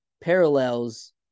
parallels